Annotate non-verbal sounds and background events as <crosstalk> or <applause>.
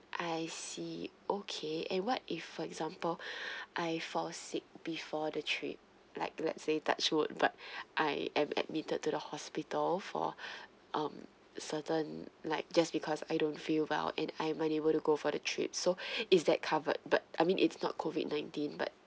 I see okay and what if for example <breath> I fall sick before the trip like let's say touch wood but <breath> I ad~ admitted to the hospital for <breath> um certain like just because I don't feel well and I'm unable to go for the trip so <breath> is that covered but I mean it's not COVID nineteen but